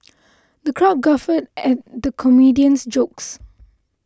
the crowd guffawed at the comedian's jokes